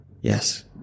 Yes